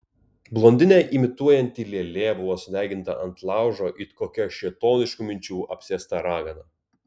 blondinę imituojanti lėlė buvo sudeginta ant laužo it kokia šėtoniškų minčių apsėsta ragana